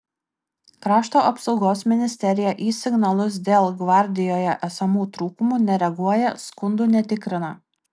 krašto apsaugos ministerija į signalus dėl gvardijoje esamų trūkumų nereaguoja skundų netikrina